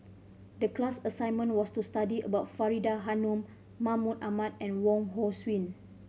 the class assignment was to study about Faridah Hanum Mahmud Ahmad and Wong Hong Suen